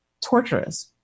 torturous